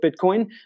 Bitcoin